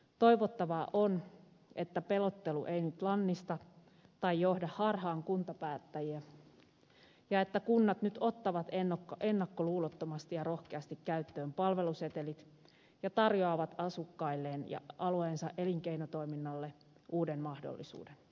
toivottavaa on että pelottelu ei nyt lannista tai johda harhaan kuntapäättäjiä ja että kunnat nyt ottavat ennakkoluulottomasti ja rohkeasti käyttöön palvelusetelit ja tarjoavat asukkailleen ja alueensa elinkeinotoiminnalle uuden mahdollisuuden